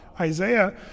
Isaiah